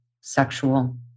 sexual